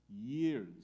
years